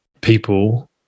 people